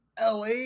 LA